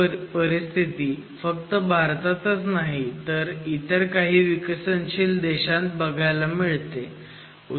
ही परिस्थिती फक्त भारतातच नाही तर इतर काही विकसनशील देशांत बघायला मिळतात